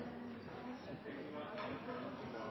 senteret